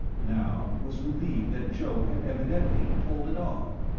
now was relieved that joe had evidently pulled it off.